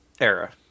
era